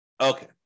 Okay